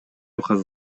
каза